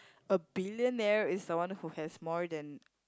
a billionaire is the one who has more than